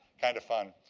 kind of fun.